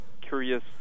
curious